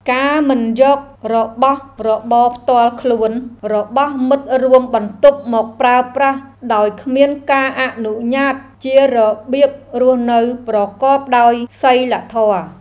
ការមិនយករបស់របរផ្ទាល់ខ្លួនរបស់មិត្តរួមបន្ទប់មកប្រើប្រាស់ដោយគ្មានការអនុញ្ញាតជារបៀបរស់នៅប្រកបដោយសីលធម៌។